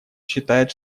считает